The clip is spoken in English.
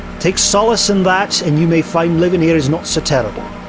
take solace in that and you may find living here is not so terrible.